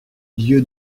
lieu